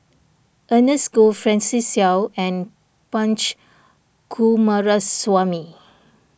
Ernest Goh Francis Seow and Punch Coomaraswamy